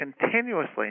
continuously